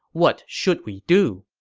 what should we do?